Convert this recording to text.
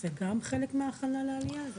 זה גם חלק מההכנה לעלייה?